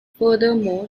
furthermore